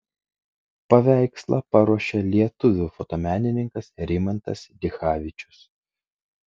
paveikslą paruošė lietuvių fotomenininkas rimantas dichavičius